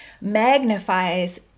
magnifies